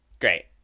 Great